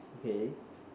okay